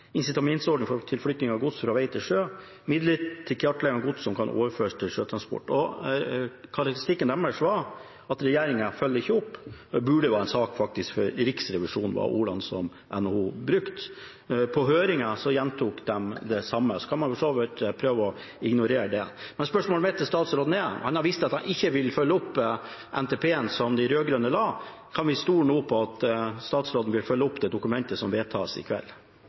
for flytting av gods fra vei til sjø, midler til kartlegging av gods som kan overføres til sjøtransport. Og karakteristikken deres var at regjeringen ikke følger opp. Det burde faktisk være en sak for Riksrevisjonen, var ordene som NHO brukte. På høringen gjentok de det samme. Så kan man for så vidt prøve å ignorere det. Men spørsmålet mitt til statsråden er: Han har vist at han ikke vil følge opp NTP-en som de rød-grønne framla. Kan vi nå stole på at statsråden vil følge opp det dokumentet som vedtas i kveld?